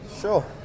sure